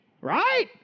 Right